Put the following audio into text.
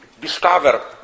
discover